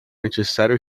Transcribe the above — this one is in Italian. necessario